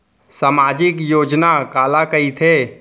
सामाजिक योजना काला कहिथे?